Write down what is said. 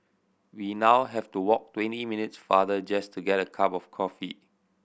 we now have to walk twenty minutes farther just to get a cup of coffee